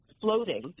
floating